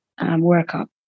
workup